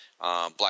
Black